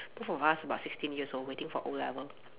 both of us about sixteen years old waiting for o-level